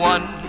One